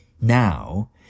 Now